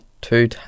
two